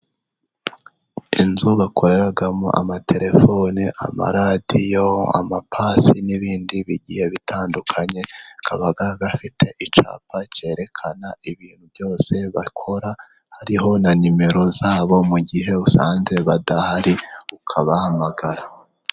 Inzu bakoreramo amatelefoni, amaradiyo, amapasi n'ibindi bigiye bitandukanye, hakaba hafite icyapa cyerekana ibintu byose bakora, hariho na nimero zabo mu gihe usanze badahari ukabahamagara.